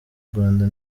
rwanda